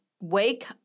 wake